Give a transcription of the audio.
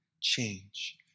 change